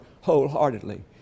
wholeheartedly